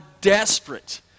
desperate